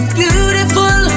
beautiful